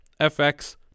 fx